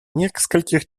нескольких